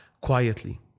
quietly